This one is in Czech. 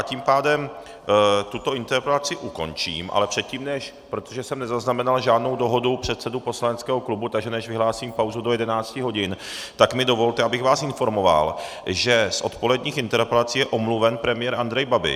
Tím pádem tuto interpelaci ukončím, ale protože jsem nezaznamenal žádnou dohodu předsedů poslaneckých klubů, takže než vyhlásím pauzu do 11 hodin, tak mi dovolte, abych vás informoval, že z odpoledních interpelací je omluven premiér Andrej Babiš.